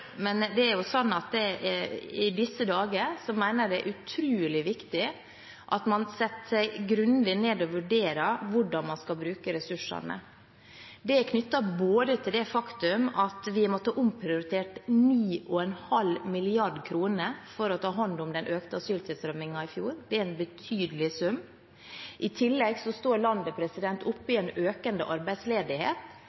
i disse dager mener jeg det er utrolig viktig at man setter seg grundig ned og vurderer hvordan man skal bruke ressursene. Det er knyttet til det faktum at vi måtte omprioritere 9,5 mrd. kr for å ta hånd om den økte asyltilstrømningen i fjor – det er en betydelig sum. I tillegg står landet